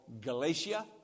Galatia